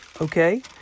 Okay